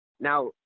Now